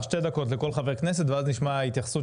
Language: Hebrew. שתי דקות לכל חבר כנסת ואז נשמע התייחסות